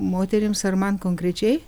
moterims ar man konkrečiai